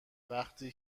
وقتی